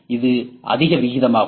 இது அதிக விகிதமாகும்